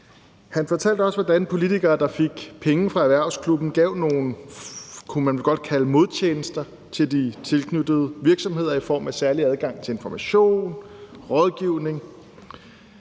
Han fortalte også, hvordan politikere, der fik penge fra erhvervsklubben, gav nogle, man kan vel godt kalde det modtjenester til de tilknyttede virksomheder i form af særlig adgang til information og rådgivning.